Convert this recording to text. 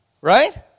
Right